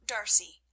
Darcy